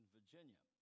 Virginia